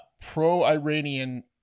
pro-Iranian